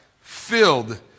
Filled